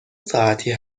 ساعتی